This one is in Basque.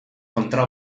kontra